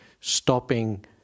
stopping